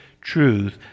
truth